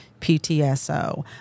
ptso